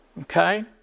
okay